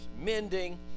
mending